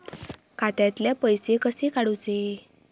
खात्यातले पैसे कसे काडूचे?